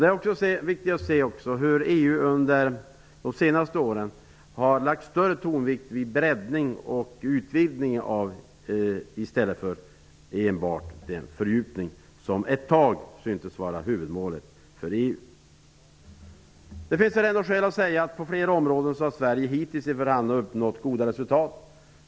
Det är också viktigt att se att EU under senare år har lagt större tonvikt vid breddning och utvidgning i stället för enbart en fördjupning, som ett tag tycktes vara huvudmålet för EU. På flera områden har Sverige hittills i förhandlingarna uppnått goda resultat.